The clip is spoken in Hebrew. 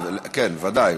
כן, ודאי.